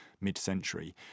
mid-century